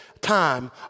time